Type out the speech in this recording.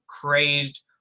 crazed